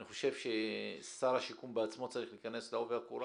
אני חושב ששר השיכון בעצמו צריך להיכנס לעובי הקורה